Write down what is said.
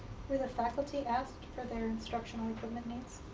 were the faculty asked for their instructional equipment needs?